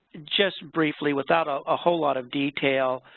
just briefly without ah a whole lot of detail.